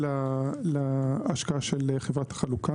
הכול בסדר.